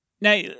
now